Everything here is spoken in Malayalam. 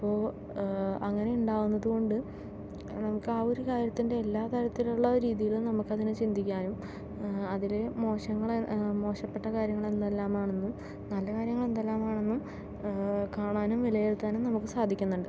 അപ്പോൾ അങ്ങനെയുണ്ടാകുന്നതുകൊണ്ട് നമുക്കാ ഒരു കാര്യത്തിൻ്റെ എല്ലാ തരത്തിലുള്ള രീതിയിലും നമുക്ക് അതിനെ ചിന്തിക്കാനും അതിലെ മോശങ്ങളെ മോശപ്പെട്ടകാര്യങ്ങൾ എന്തെല്ലാം ആണെന്നും നല്ല കാര്യങ്ങൾ എന്തെല്ലാമാണെന്നും കാണാനും വിലയിരുത്താനും നമുക്ക് സാധിക്കുന്നുണ്ട്